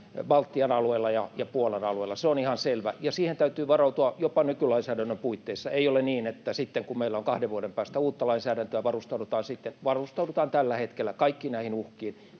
Baltian alueella ja Puolan alueella. Se on ihan selvä. Siihen täytyy varautua jopa nykylainsäädännön puitteissa. Ei ole niin, että varustaudutaan sitten, kun meillä on kahden vuoden päästä uutta lainsäädäntöä. Varustaudutaan tällä hetkellä kaikkiin näihin uhkiin.